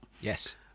Yes